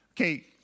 okay